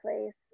place